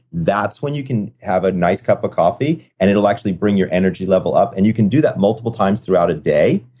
that's when you can have a nice cup of coffee and it'll actually bring your energy level up, and you can do that multiple times throughout a day,